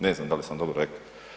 Ne znam da li sam dobro rekao.